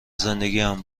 زندگیم